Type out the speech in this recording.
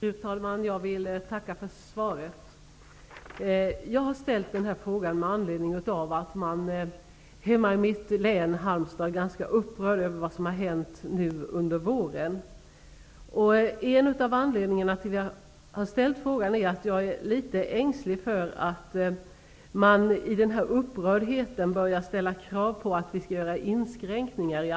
Fru talman! Jag vill tacka för svaret. Jag har ställt den här frågan med anledning av att man hemma i mitt län, Hallands län, är ganska upprörd över det som har hänt nu under våren. En av orsakerna till att jag har ställt frågan är att jag är litet ängslig för att man i denna upprördhet börjar ställa krav på att vi skall göra inskränkningar i